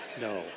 No